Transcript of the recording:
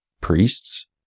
priests